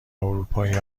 اروپایی